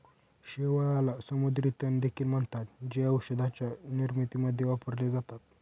शेवाळाला समुद्री तण देखील म्हणतात, जे औषधांच्या निर्मितीमध्ये वापरले जातात